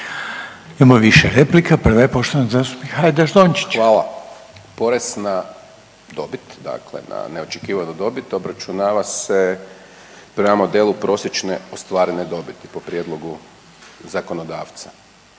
Hajdaš Dončića. **Hajdaš Dončić, Siniša (SDP)** Hvala. Porez na dobit, dakle na neočekivanu dobit obračunava se prema modelu prosječne ostvarene dobiti po prijedlogu zakonodavca,